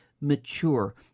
mature